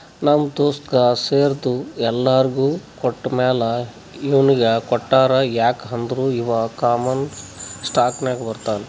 ನಮ್ ದೋಸ್ತಗ್ ಶೇರ್ದು ಎಲ್ಲೊರಿಗ್ ಕೊಟ್ಟಮ್ಯಾಲ ಇವ್ನಿಗ್ ಕೊಟ್ಟಾರ್ ಯಾಕ್ ಅಂದುರ್ ಇವಾ ಕಾಮನ್ ಸ್ಟಾಕ್ನಾಗ್ ಬರ್ತಾನ್